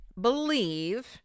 believe